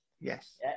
yes